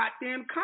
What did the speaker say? goddamn